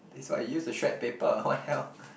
this what you use to shred paper what else